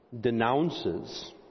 denounces